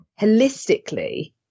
holistically